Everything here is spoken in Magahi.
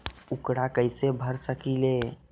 ऊकरा कैसे भर सकीले?